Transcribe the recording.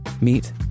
meet